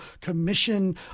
commission